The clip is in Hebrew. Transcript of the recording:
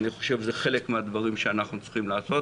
אני חושב שזה חלק מהדברים שאנחנו צריכים לעשות,